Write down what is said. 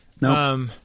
No